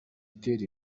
utera